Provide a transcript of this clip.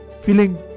feeling